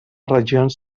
regions